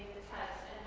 the text